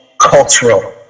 cultural